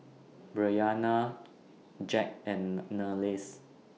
Bryana Jacque and Niles